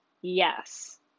yes